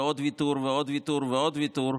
ועוד ויתור ועוד ויתור ועוד ויתור,